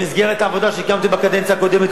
במסגרת הוועדה שהקמתי בקדנציה הקודמת,